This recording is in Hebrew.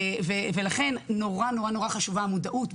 לכן נורא חשובה המודעות,